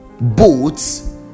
boats